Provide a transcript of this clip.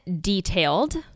detailed